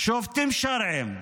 שופטים שרעיים.